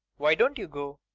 why don't you go?